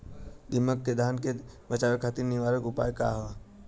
दिमक से धान के बचावे खातिर निवारक उपाय का ह?